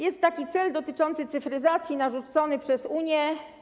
Jest cel dotyczący cyfryzacji narzucony przez Unię.